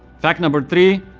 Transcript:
fact number three,